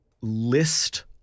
list